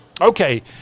Okay